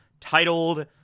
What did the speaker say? titled